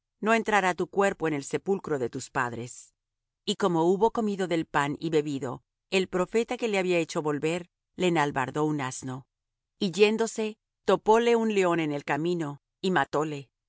no entrará tu cuerpo en el sepulcro de tus padres y como hubo comido del pan y bebido el profeta que le había hecho volver le enalbardó un asno y yéndose topóle un león en el camino y